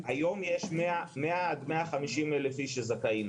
היום יש 100 עד 50 אלף איש שזכאים.